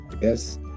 yes